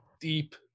deep